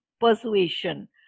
persuasion